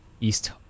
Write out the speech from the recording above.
East